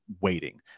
waiting